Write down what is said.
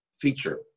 feature